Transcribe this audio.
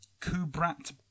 Kubrat